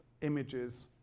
images